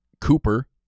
Cooper